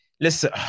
Listen